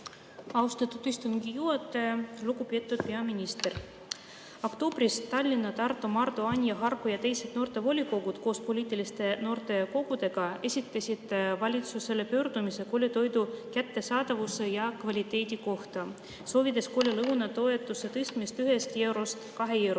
Austatud istungi juhataja! Lugupeetud peaminister! Oktoobris esitasid Tallinna, Tartu, Maardu, Anija, Harku ja teised noortevolikogud koos poliitiliste noortekogudega valitsusele pöördumise koolitoidu kättesaadavuse ja kvaliteedi kohta, soovides koolilõuna toetuse tõstmist 1 eurost 2 euroni.